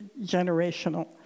generational